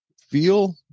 feel